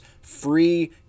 free